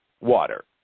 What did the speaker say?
water